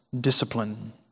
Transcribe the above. discipline